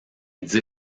dix